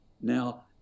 Now